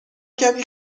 کمی